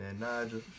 Nigel